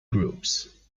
groups